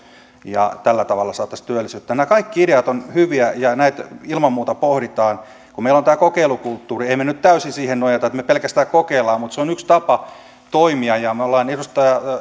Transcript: ja tällä tavalla saataisiin työllisyyttä nämä kaikki ideat ovat hyviä ja näitä ilman muuta pohditaan kun meillä on tämä kokeilukulttuuri emme me nyt täysin siihen nojaa että me pelkästään kokeilemme mutta se on yksi tapa toimia ja me olemme